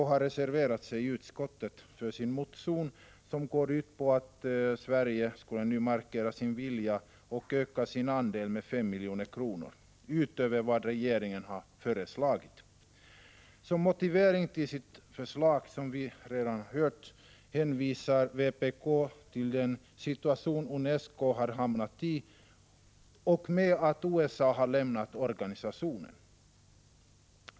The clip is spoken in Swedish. Vpk har reserverat sig i utskottet för sin motion, som går ut på att Sverige nu skulle markera sin vilja och öka sin andel med 5 milj.kr. utöver vad regeringen har föreslagit. Som motivering till sitt förslag hänvisar vpk till den situation UNESCO har hamnat i och till att USA har lämnat organisationen.